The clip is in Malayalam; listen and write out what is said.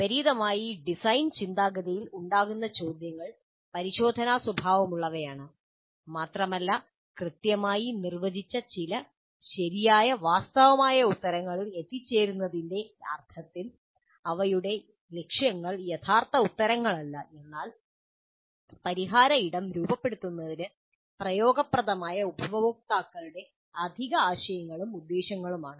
വിപരീതമായി ഡിസൈൻ ചിന്താഗതിയിൽ ഉണ്ടാകുന്ന ചോദ്യങ്ങൾ പരിശോധനാ സ്വഭാവമുള്ളവയാണ് മാത്രമല്ല കൃത്യമായി നിർവ്വചിച്ച ചില ശരിയായ വാസ്തവമായ ഉത്തരങ്ങളിൽ എത്തിച്ചേരുന്നതിന്റെ അർത്ഥത്തിൽ അവയുടെ ലക്ഷ്യങ്ങൾ യഥാർത്ഥ ഉത്തരങ്ങളല്ല എന്നാൽ പരിഹാര ഇടം രൂപപ്പെടുത്തുന്നതിന് ഉപയോഗപ്രദമായ ഉപഭോക്താക്കളുടെ അധിക ആശയങ്ങളും ഉദ്ദേശ്യങ്ങളുമാണ്